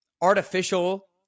artificial